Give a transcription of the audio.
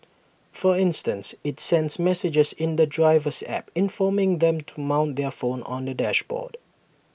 for instance IT sends messages in the driver's app informing them to mount their phone on the dashboard